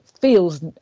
feels